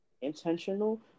intentional